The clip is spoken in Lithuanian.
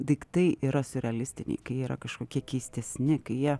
daiktai yra siurrealistiniai kai jie yra kažkokie keistesni jie